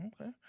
Okay